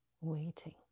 waiting